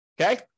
Okay